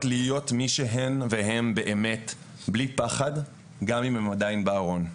להיות מי שהם והן באמת בלי פחד גם אם הם עדיין בארון.